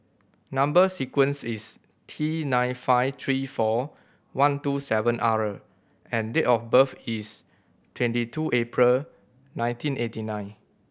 number sequence is T nine five three four one two seven R and date of birth is twenty two April nineteen eighty nine